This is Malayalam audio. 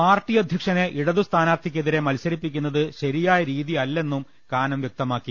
പാർട്ടി അധ്യക്ഷനെ ഇടതു സ്ഥാനാർത്ഥിക്കെതിരെ മത്സരിപ്പിക്കുന്നത് ശരിയായ രീതിയല്ലെന്നും കാനം വൃക്തമാക്കി